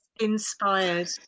inspired